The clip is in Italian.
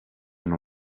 non